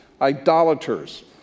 Idolaters